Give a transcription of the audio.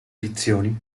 edizioni